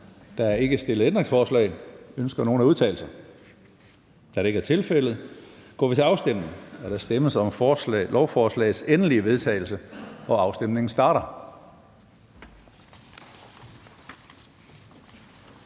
Der er ikke stillet ændringsforslag. Ønsker nogen at udtale sig? Da det ikke er tilfældet, går vi til afstemning. Kl. 13:35 Afstemning Formanden (Søren Gade): Der stemmes om forslagets endelige vedtagelse. Afstemningen starter.